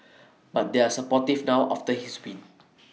but they are supportive now after his win